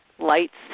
lights